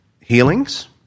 healings